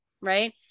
right